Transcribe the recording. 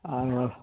હા